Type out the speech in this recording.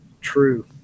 True